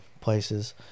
places